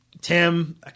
Tim –